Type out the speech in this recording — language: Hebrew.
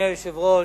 אדוני היושב-ראש,